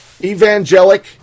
Evangelic